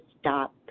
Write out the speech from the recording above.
stop